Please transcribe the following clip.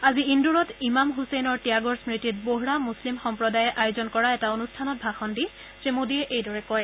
আজি ইন্দোৰত ইমাম ছছেইনৰ ত্যাগৰ স্মৃতিত ব'হৰা মুছলিম সম্প্ৰদায়ে আয়োজন কৰা এটা অনুষ্ঠানত ভাষণ দি মোদীয়ে এইদৰে কয়